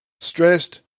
stressed